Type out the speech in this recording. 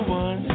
one